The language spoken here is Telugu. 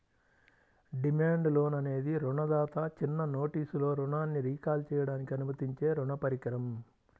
డిమాండ్ లోన్ అనేది రుణదాత చిన్న నోటీసులో రుణాన్ని రీకాల్ చేయడానికి అనుమతించే రుణ పరికరం